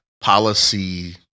policy